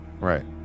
Right